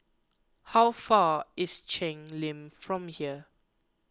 how far is Cheng Lim from here